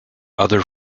other